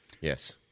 Yes